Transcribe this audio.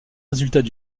résultats